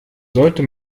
sollte